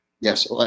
Yes